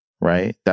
right